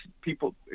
people